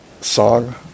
song